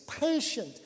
patient